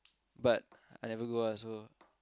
but I never go ah so